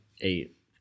eight